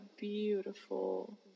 beautiful